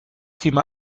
thema